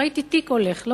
וראיתי תיק הולך,